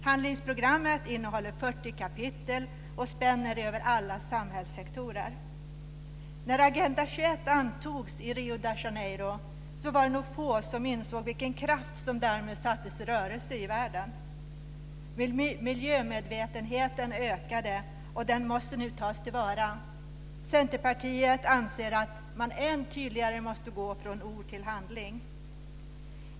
Handlingsprogrammet innehåller 40 kapitel och spänner över alla samhällssektorer. När Agenda 21 antogs i Rio de Janeiro var det nog få som insåg vilken kraft som därmed sattes i rörelse i världen. Miljömedvetenheten ökade, och den måste nu tas till vara. Centerpartiet anser att man än tydligare måste gå från ord till handling.